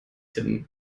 tim